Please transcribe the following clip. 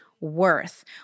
Worth